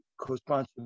co-sponsor